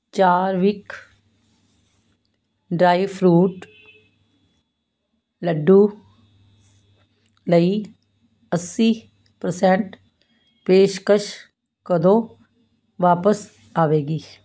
ਚਾਰਵਿਕ dry fruit laddu ਲਈ ਅੱਸੀ percent ਪੇਸ਼ਕਸ਼ ਕਦੋਂ ਵਾਪਸ ਆਵੇਗੀ